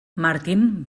martin